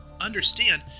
understand